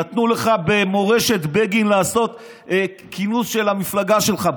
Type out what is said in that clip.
נתנו לך במורשת בגין לעשות כינוס של המפלגה שלך.